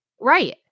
right